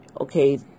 Okay